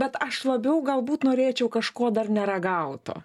bet aš labiau galbūt norėčiau kažko dar neragauto